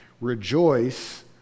Rejoice